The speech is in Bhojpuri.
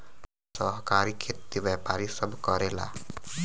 सहकारी खेती व्यापारी सब करेला